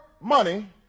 money